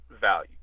Value